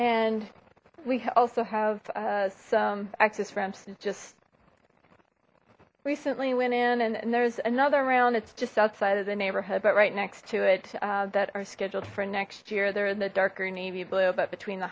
and we also have some access ramps that just recently went in and there's another round it's just outside of the neighborhood but right next to it that are scheduled for next year they're in the darker navy blue but between the